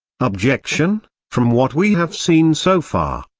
objection from what we have seen so far,